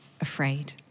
afraid